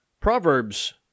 Proverbs